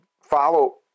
follow